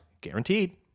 guaranteed